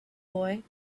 boy